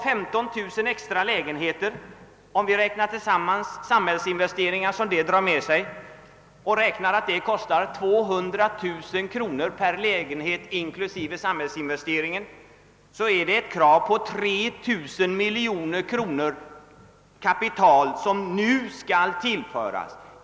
15000 extra lägenheter och övriga samhällsinvesteringar medför, om vi räknar med att det kostar 200 000 kronor per lägenhet inklusive samhällsinvesteringar, ett krav på 3 000 miljoner kronor i form av kapital.